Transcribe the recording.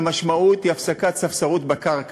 המשמעות היא הפסקת ספסרות בקרקע.